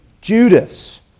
Judas